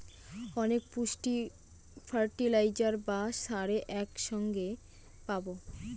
অনেক পুষ্টি ফার্টিলাইজার বা সারে এক সঙ্গে পাবো